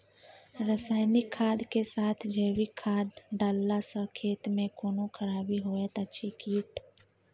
रसायनिक खाद के साथ जैविक खाद डालला सॅ खेत मे कोनो खराबी होयत अछि कीट?